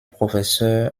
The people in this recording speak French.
professeur